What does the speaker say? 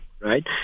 right